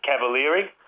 Cavalieri